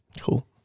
Cool